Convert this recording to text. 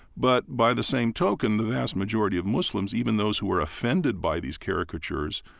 but by the same token, the vast majority of muslims, even those who were offended by these caricatures,